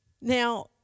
Now